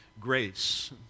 grace